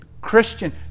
Christian